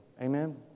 Amen